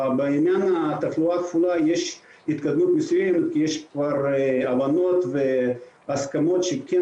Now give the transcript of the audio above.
בעניין התחלואה הכפולה יש התקדמות מסוימת כי יש כבר הבנות והסכמות שכן